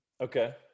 Okay